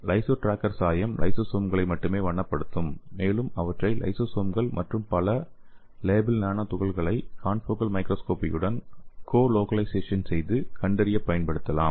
லைசோ tracker சாயம் லைசோசோம்களை மட்டுமே வண்ணப்படுத்தும் மேலும் அவற்றை லைசோசோம்கள் மற்றும் லேபல் நானோ துகள்களை கன்ஃபோகல் மைக்ரோஸ்கோபியுடன் கோலோகலைசேஷன் செய்து கண்டறிய பயன்படுத்தலாம்